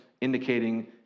indicating